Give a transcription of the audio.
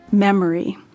Memory